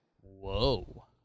Whoa